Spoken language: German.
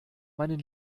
meinen